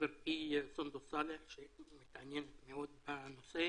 ולחברתי סונדוס סאלח שמתעניינת מאוד בנושא.